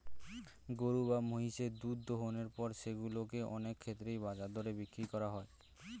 গরু বা মহিষের দুধ দোহনের পর সেগুলো কে অনেক ক্ষেত্রেই বাজার দরে বিক্রি করা হয়